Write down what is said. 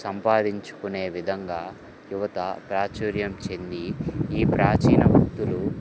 సంపాదించుకునే విధంగా యువత ప్రాచుర్యం చెంది ఈ ప్రాచీన వృత్తులు